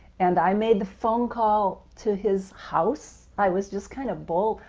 and i made the phone call to his house i was just kind of bold.